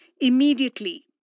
immediately